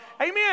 Amen